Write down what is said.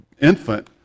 infant